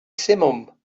simum